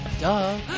Duh